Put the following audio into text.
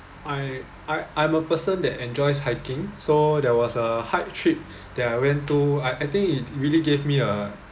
I I I'm a person that enjoys hiking so there was a hike trip that I went to I I think it really gave me a